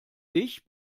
dich